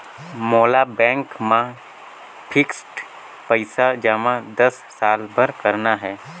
मोला बैंक मा फिक्स्ड पइसा जमा दस साल बार करना हे?